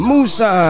Musa